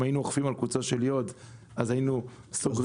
אם היינו אוכפים על קוצו של יוד אז היינו סוגרים,